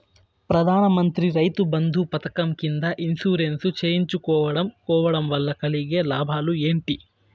ప్రధాన మంత్రి రైతు బంధు పథకం కింద ఇన్సూరెన్సు చేయించుకోవడం కోవడం వల్ల కలిగే లాభాలు ఏంటి?